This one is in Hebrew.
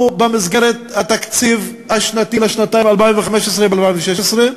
במסגרת התקציב השנתי לשנתיים 2015 ו-2016.